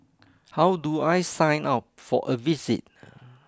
how do I sign up for a visit